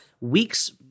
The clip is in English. weeks